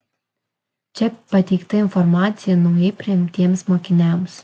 čia pateikta informacija naujai priimtiems mokiniams